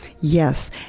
Yes